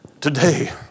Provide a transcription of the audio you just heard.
Today